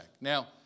Now